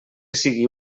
sigui